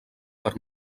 per